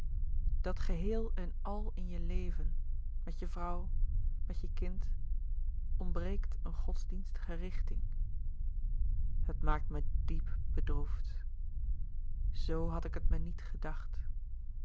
dat geheel en al in je leven met je vrouw met je kind ontbreekt een godsdienstige richting het maakt me diep bedroefd zo had ik het me niet gedacht